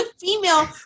female